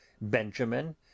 benjamin